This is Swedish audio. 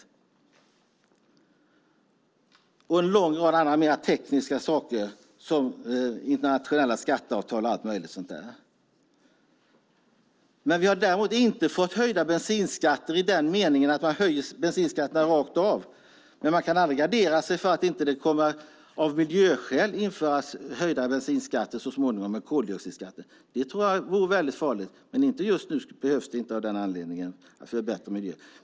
Vi har också fått en lång rad andra mer tekniska saker som internationella skatteavtal och allt annat möjligt sådant. Vi har däremot inte fått höjda bensinskatter i meningen att man höjer bensinskatterna rakt av. Men man kan aldrig gardera sig för att det inte av miljöskäl kommer att införas höjda bensinskatter så småningom med koldioxidskatten. Jag tror att det vore farligt. Men just nu behövs det inte av den anledningen, det vill säga en bättre miljö.